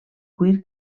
cuir